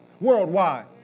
worldwide